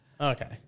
Okay